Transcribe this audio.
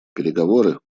переговоры